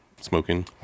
smoking